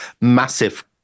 massive